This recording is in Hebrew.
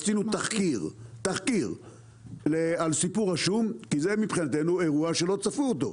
עשינו תחקיר על סיפור השום כי זה מבחינתנו אירוע שלא צפו אותו.